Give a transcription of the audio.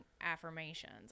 affirmations